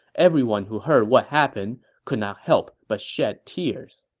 everyone who heard what happened could not help but shed tears